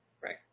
Right